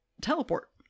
teleport